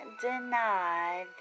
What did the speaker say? deny